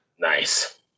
Nice